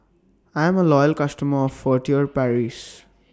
I'm A Loyal customer of Furtere Paris